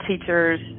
teachers